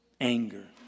anger